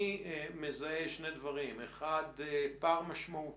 אני מזהה שני דברים: 1. פער משמעותי